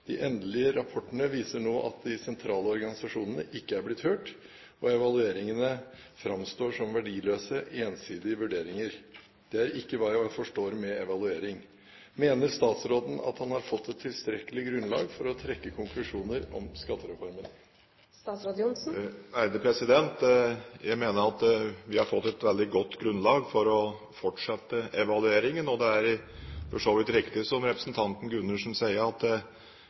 De endelige rapportene viser nå at de sentrale organisasjonene ikke er blitt hørt, og evalueringene fremstår som verdiløse, ensidige vurderinger. Det er ikke hva jeg forstår med evaluering. Mener statsråden at han har fått et tilstrekkelig grunnlag for å trekke konklusjoner om skattereformen?» Jeg mener vi har fått et veldig godt grunnlag for å fortsette evalueringen. Det er for så vidt riktig som representanten Gundersen sier, at